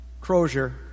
crozier